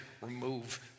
remove